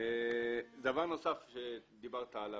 דבר נוסף שדיברת עליו,